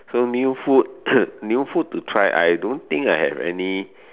so new food new food to try I don't think I have any